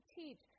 teach